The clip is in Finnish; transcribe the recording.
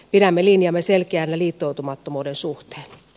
pidämme linjamme selkeänä liittoutumattomuuden suhteen